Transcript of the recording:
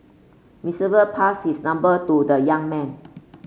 passed its number to the young man